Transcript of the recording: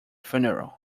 funeral